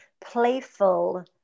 playful